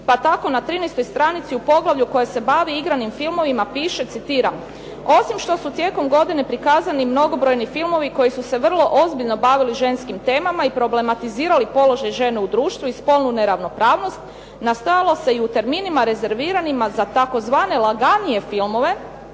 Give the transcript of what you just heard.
pa tako na 13. stranici u poglavlju koje se bavi igranim filmovima piše, citiram: "osim što su tijekom godine prikazani mnogobrojni filmovi koji su vrlo ozbiljno bavili ženskim temama i problematizirali problem žena u društvu i spolnu neravnopravnost, nastavilo se i u terminima rezerviranima za tzv. laganije filmove,